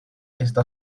esta